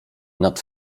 nad